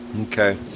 Okay